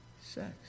sex